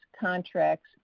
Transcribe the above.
contracts